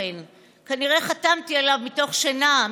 כנראה חתמתי עליו מתוך שינה.